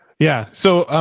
yeah. so,